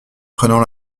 prenant